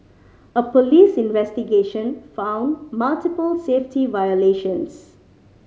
a police investigation found multiple safety violations